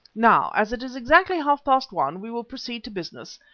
now, as it is exactly half-past one, we will proceed to business.